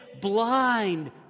blind